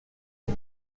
une